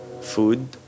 food